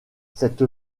cette